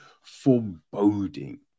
foreboding